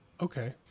Okay